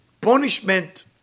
punishment